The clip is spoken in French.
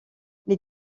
les